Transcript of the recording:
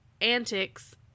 antics